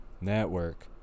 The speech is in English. Network